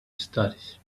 studies